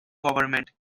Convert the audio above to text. government